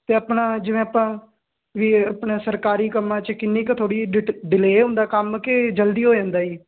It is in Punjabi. ਤੇ ਆਪਣਾ ਜਿਵੇਂ ਆਪਾਂ ਵੀ ਆਪਣਾ ਸਰਕਾਰੀ ਕੰਮਾਂ ਚ ਕਿੰਨੀ ਕ ਥੋੜੀ ਡਿਟੇ ਡਿਲੇ ਹੁੰਦਾ ਕੰਮ ਕੇ ਜਲਦੀ ਹੋ ਜਾਂਦਾ ਜੀ